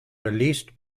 released